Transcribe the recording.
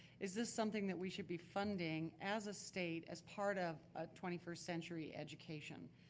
is this something that we should be funding as a state, as part of ah twenty first century education.